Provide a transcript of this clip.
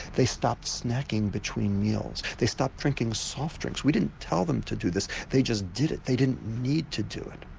they stopped snacking between meals, they stopped drinking soft drinks. we didn't tell them to do this, they just did it, they didn't need to do it.